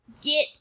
get